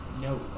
No